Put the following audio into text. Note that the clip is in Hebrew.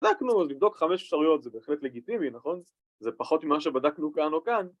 ‫בדקנו, אז לבדוק חמש אפשרויות ‫זה בהחלט לגיטימי, נכון? ‫זה פחות ממה שבדקנו כאן או כאן.